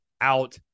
out